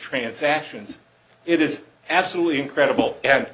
transactions it is absolutely incredible and